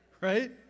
Right